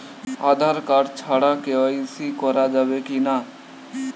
Aadhaar card ছাড়া KYC করা যাবে কি না?